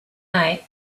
night